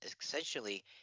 essentially